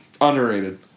Underrated